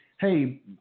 Hey